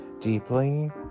deeply